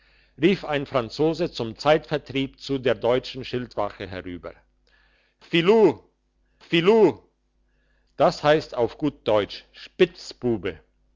rief ein franzose zum zeitvertreib zu der deutschen schildwache herüber filu filu das heisst auf gut deutsch spitzbube